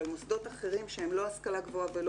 אבל מוסדות אחרים שהם לא השכלה גבוהה ולא